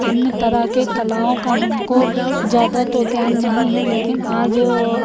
अन्य तरह की कलाओं का हमको ज़्यादा तो ज्ञान नहीं है लेकिन आज ओ